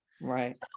Right